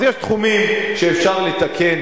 אז יש תחומים שאפשר לתקן